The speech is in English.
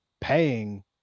paying